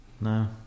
No